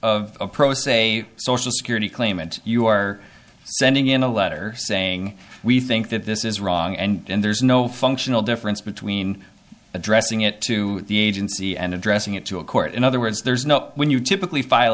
of a pro se social security claimant you are sending in a letter saying we think that this is wrong and there's no functional difference between addressing it to the agency and addressing it to a court in other words there's no when you typically file